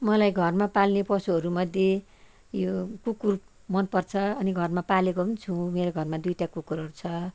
मलाई घरमा पाल्ने पशुहरू मध्ये यो कुकुर मनपर्छ अनि घरमा पालेको पनि छु मेरो घरमा दुईवटा कुकुरहरू छ